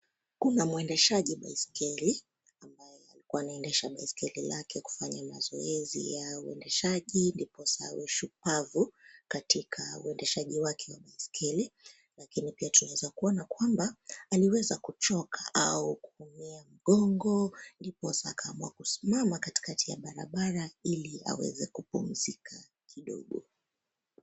Kuna mwendeshaji baiskeli ambaye alikua anaendesha baiskeli lake kufanya mazoezi ya uendeshaji ndiposa awe shupavu katika uendeshaji wake wa baiskeli, lakini pia tunaweza kuona kwamba aliweza kuchoka au kuumia mgongo ndiposa akaamua kusimama katikati ya barabara ili aweze kumpuzika kidogo.